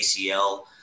ACL